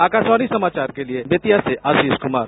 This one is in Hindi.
आकाशवाणी समाचार के लिए बेतिया से आशीष कुमार